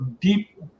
deep